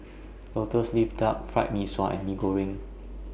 Lotus Leaf Duck Fried Mee Sua and Mee Goreng